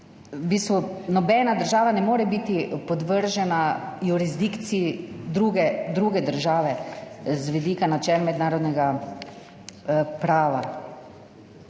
nobena država ne more biti podvržena jurisdikciji druge države z vidika načel mednarodnega prava.